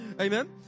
Amen